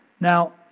Now